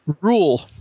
Rule